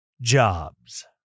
jobs